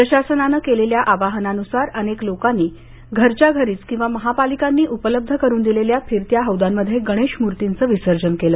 प्रशासनानं केलेल्या आवाहनानुसार अनेक लोकांनी घरच्या घरीच किंवा महापालिकांनी उपलब्ध करुन दिलेल्या फिरत्या हौदांमध्ये गणेश मूर्तींचं विसर्जन केलं